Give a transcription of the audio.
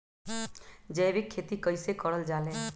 जैविक खेती कई से करल जाले?